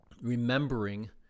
remembering